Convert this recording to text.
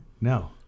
no